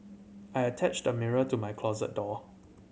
I attached a mirror to my closet door